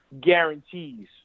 guarantees